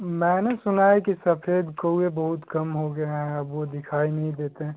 मैंने सुना है कि सफ़ेद कौवे बहुत कम हो गएँ हैं अब वो दिखाई नहीं देतें